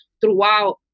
throughout